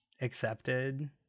accepted